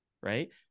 Right